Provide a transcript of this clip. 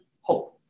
hope